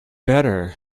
better